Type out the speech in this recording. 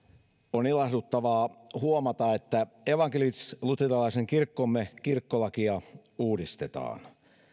on ilahduttavaa huomata että evankelisluterilaisen kirkkomme kirkkolakia uudistetaan